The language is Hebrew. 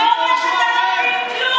זה אומר שאתה לא מבין כלום.